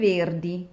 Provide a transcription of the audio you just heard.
Verdi